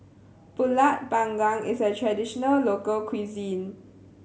Pulut Panggang is a traditional local cuisine